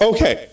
Okay